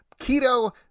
keto